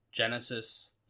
Genesis